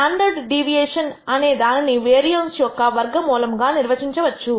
standard deviation అనే దానిని variance యొక్క వర్గం మూలముగా నిర్వచించవచ్చు